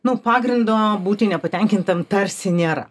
nu pagrindo būti nepatenkintam tarsi nėra